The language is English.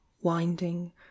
winding